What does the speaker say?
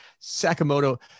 Sakamoto